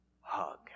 hug